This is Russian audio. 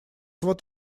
вот